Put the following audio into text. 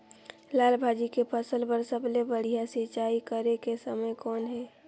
लाल भाजी के फसल बर सबले बढ़िया सिंचाई करे के समय कौन हे?